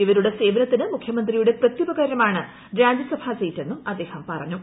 ഇവരുടെ സേവനത്തിന് മുഖ്യമന്ത്രിയുടെ പ്രത്യുപകാരമാണ് രാജ്യസഭാ സീറ്റെന്നും അദ്ദേഹം പറഞ്ഞു